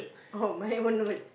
oh my own words